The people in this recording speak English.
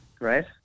right